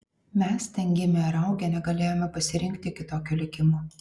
mes ten gimę ir augę negalėjome pasirinkti kitokio likimo